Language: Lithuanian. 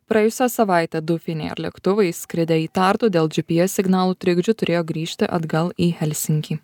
praėjusią savaitę du finnair lėktuvai skridę į tartu dėl gps signalų trikdžių turėjo grįžti atgal į helsinkį